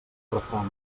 refrany